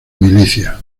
milicias